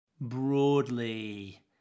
broadly